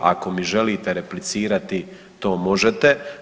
Ako mi želite replicirati to možete.